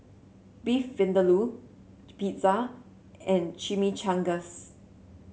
Beef Vindaloo Pizza and Chimichangas